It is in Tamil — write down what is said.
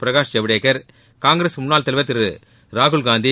பிரகாஷ் ஜவ்டேகர் காய்கிரஸ் முன்னாள் தலைவர் திரு ராகுல்காந்தி